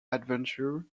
adventure